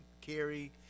carry